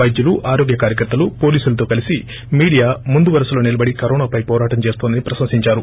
పైద్యులు ఆరోగ్య కార్యకర్తలు పోలీసులతో కలిసి మీడియా ముందు వరుసలో నిలబడి కరోనా పై హోరాటం చేస్తోందని ప్రశంసించారు